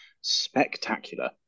Spectacular